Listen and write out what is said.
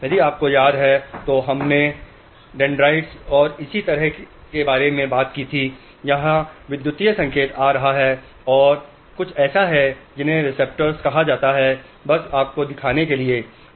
यदि आपको याद है तो हमने डेंड्राइट्स और इसी तरह के बारे में बात की यहाँ विद्युत संकेत आ रहा है और ये कुछ ऐसे हैं जिन्हें रिसेप्टर्स कहा जाता है बस यह केवल आपको दिखाने के लिए है